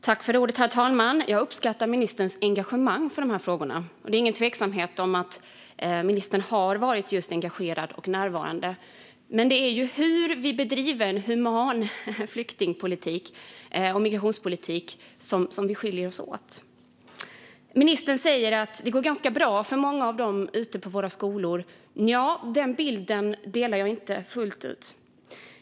Herr ålderspresident! Jag uppskattar ministerns engagemang för dessa frågor. Det är ingen tvekan om att ministern har varit just engagerad och närvarande. Det är i hur vi bedriver en human flykting och migrationspolitik som vi skiljer oss åt. Ministern säger att det går ganska bra för många av dessa ungdomar ute på våra skolor. Nja, den bilden delar jag inte fullt ut.